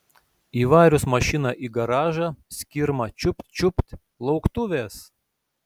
įvarius mašiną į garažą skirma čiupt čiupt lauktuvės